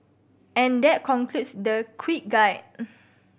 and that concludes the quick guide